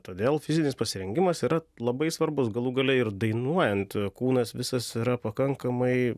todėl fizinis pasirengimas yra labai svarbus galų gale ir dainuojant kūnas visas yra pakankamai